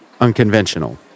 unconventional